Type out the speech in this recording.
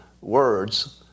words